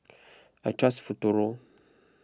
I trust Futuro